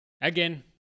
Again